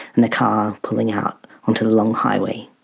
and the car pulling out onto the long highway.